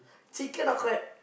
chicken or crab